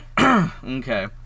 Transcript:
Okay